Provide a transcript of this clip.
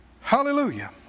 Hallelujah